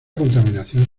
contaminación